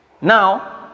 Now